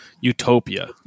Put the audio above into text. utopia